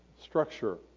structure